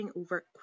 over